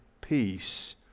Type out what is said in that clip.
peace